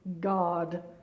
God